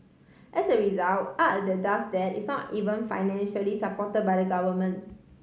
as a result art that does that is not even financially support by the government